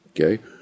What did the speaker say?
Okay